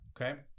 okay